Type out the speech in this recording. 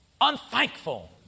Unthankful